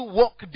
walk